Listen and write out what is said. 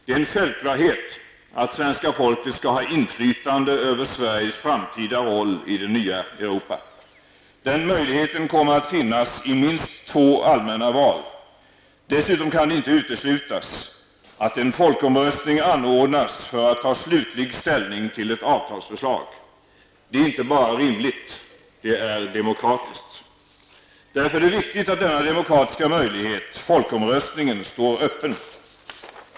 Det är en självklarhet att svenska folket skall ha inflytandet över Sveriges framtida roll i det nya Europa. Den möjligheten kommer att finnas i minst två allmänna val. Dessutom kan det inte uteslutas att en folkomröstning anordnas för att man skall kunna ta slutlig ställning till ett avtalsförslag. Det är inte bara rimligt, det är demokratiskt. Därför är det viktigt att denna demokratiska möjlighet -- folkomröstningen -- står öppen.